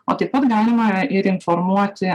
o taip pat galima ir informuoti